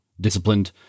disciplined